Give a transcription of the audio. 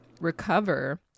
recover